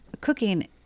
Cooking